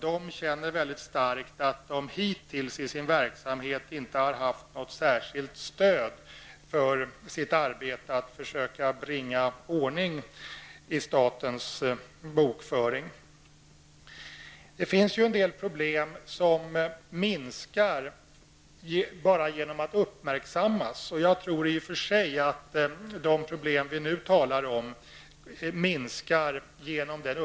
De känner väldigt starkt att de hittills i sin verksamhet haft ett otillräckligt stöd i arbetet att bringa ordning i statens bokföring. Det finns en del problem som minskar bara genom att man uppmärksammar dem. Jag tror att de problem vi nu talar om hör till dem.